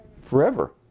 forever